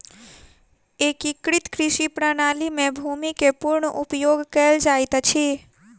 एकीकृत कृषि प्रणाली में भूमि के पूर्ण उपयोग कयल जाइत अछि